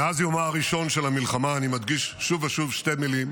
מאז יומה הראשון של המלחמה אני מדגיש שוב ושוב שתי מילים.